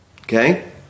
Okay